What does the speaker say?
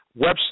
website